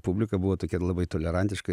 publika buvo tokia labai tolerantiška